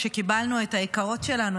כשקיבלנו את היקרות שלנו,